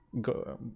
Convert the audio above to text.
go